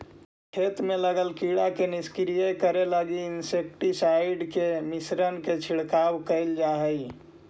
खेत में लगल कीड़ा के निष्क्रिय करे लगी इंसेक्टिसाइट्स् के मिश्रण के छिड़काव कैल जा हई